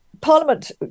Parliament